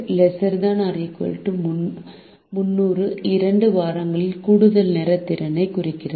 Y1 300 Y2 ≤ 300 2 வாரங்களில் கூடுதல் நேர திறனைக் குறிக்கிறது